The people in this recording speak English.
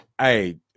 Hey